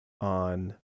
on